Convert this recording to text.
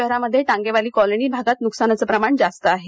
शहरामध्ये तांगेवाली कॉलनी भागात नुकसानीचे प्रमाण जास्त आहे